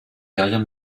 carrière